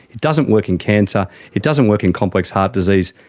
it doesn't work in cancer, it doesn't work in complex heart disease,